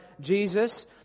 jesus